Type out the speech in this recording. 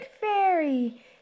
fairy